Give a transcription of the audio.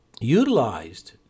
utilized